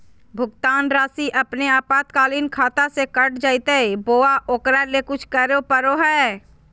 भुक्तान रासि अपने आपातकालीन खाता से कट जैतैय बोया ओकरा ले कुछ करे परो है?